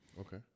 Okay